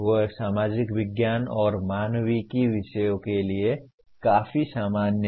वे सामाजिक विज्ञान और मानविकी विषयों के लिए काफी सामान्य हैं